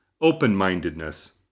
Open-mindedness